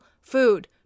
food